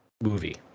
movie